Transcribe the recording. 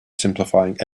simplifying